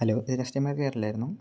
hello ഇത് customer കെയറല്ലായിരുന്നോ